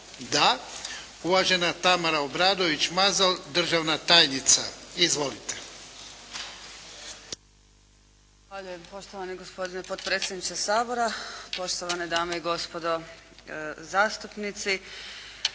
Da. Uvažena Tamara Obradović Mazal državna tajnica. Izvolite. **Obradović Mazal, Tamara** Zahvaljujem. Poštovani gospodine potpredsjedniče Sabora, poštovane dame i gospodo zastupnici.